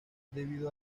debido